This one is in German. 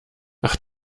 ach